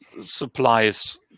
supplies